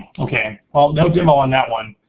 okay. well no demo on that one.